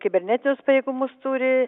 kibernetinius pajėgumus turi